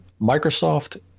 microsoft